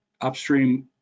upstream